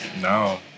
No